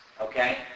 okay